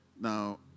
Now